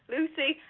Lucy